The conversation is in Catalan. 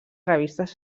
revistes